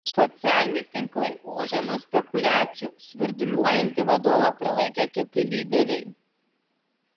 socialiniai tinklai ūžia nuo spekuliacijų svirduliuojantį vadovą prilaikė kiti lyderiai